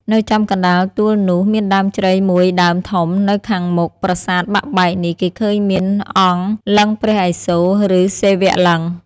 នៅចំកណ្តាលទួលនោះ មានដើមជ្រៃមួយដើមធំ និង ខាងមុខប្រាសាទបាក់បែកនេះ គេឃើញមានអង្គ (លិង្គព្រះឥសូរ ឬ សិវលិង្គ) ។